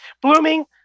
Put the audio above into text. Blooming